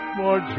more